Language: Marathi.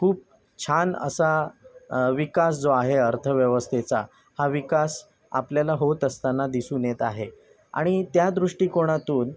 खूप छान असा विकास जो आहे अर्थव्यवस्थेचा हा विकास आपल्याला होत असताना दिसून येत आहे आणि त्या दृष्टीकोणातून